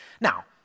Now